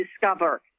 discover